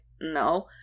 no